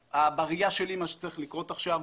בראייה שלי מה שצריך לקרות עכשיו,